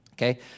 Okay